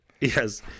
Yes